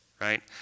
right